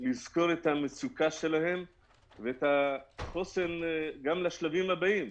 לזכור את המצוקה שלהן ואת החוסן גם לשלבים הבאים.